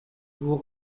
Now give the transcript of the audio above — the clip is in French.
vous